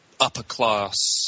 upper-class